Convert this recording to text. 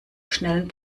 schnellen